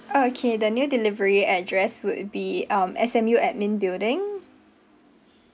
orh okay the new delivery address would be um S_M_U admin building